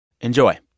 Enjoy